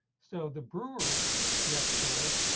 so the brewery next door.